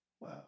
Wow